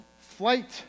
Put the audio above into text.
flight